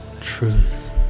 truth